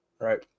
Right